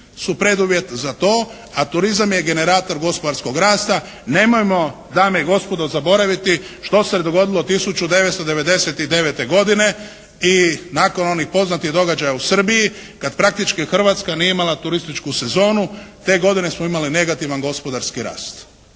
su preduvjet za to a turizam je generator gospodarskog rasta. Nemojmo dame i gospodo zaboraviti što se dogodilo 1999. godine i nakon onih poznatih događaja u Srbiji kad praktički Hrvatska nije imala turističku sezonu. Te godine smo imali negativni gospodarski rast.